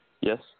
Yes